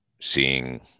seeing